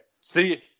see